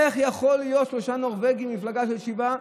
איך יכול להיות שלושה נורבגים במפלגה של שבעה,